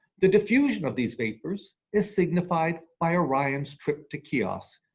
the diffusion of these vapors is signified by orion's trip to chios.